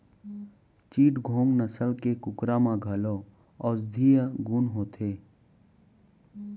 चिटगोंग नसल के कुकरा म घलौ औसधीय गुन होथे